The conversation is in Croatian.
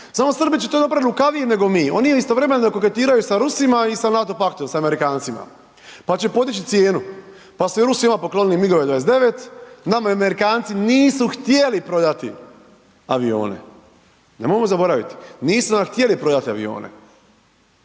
samo Srbi će napravit lukavije nego mi, oni istovremeno koketiraju sa Rusima i sa NATO paktom sa Amerikancima, pa će podići cijenu, pa su i Rusima poklonili MIG-ove 29, nama Amerikanci nisu htjeli prodati avione, nemojmo zaboraviti, nisu nam htjeli prodati avione.